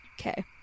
Okay